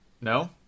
No